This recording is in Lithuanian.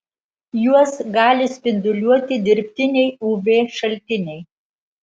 juos gali spinduliuoti dirbtiniai uv šaltiniai